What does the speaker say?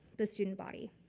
the student body.